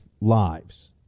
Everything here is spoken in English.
lives